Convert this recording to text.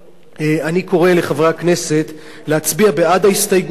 אני קורא לחברי הכנסת להצביע בעד ההסתייגות הזאת.